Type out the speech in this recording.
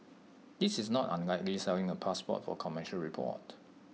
this is not unlike reselling A passport for commercial report